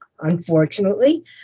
unfortunately